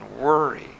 worry